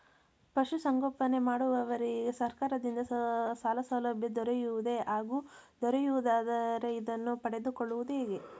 ಪಶುಸಂಗೋಪನೆ ಮಾಡುವವರಿಗೆ ಸರ್ಕಾರದಿಂದ ಸಾಲಸೌಲಭ್ಯ ದೊರೆಯುವುದೇ ಹಾಗೂ ದೊರೆಯುವುದಾದರೆ ಇದನ್ನು ಪಡೆದುಕೊಳ್ಳುವುದು ಹೇಗೆ?